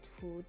food